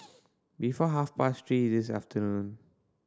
before half past three this afternoon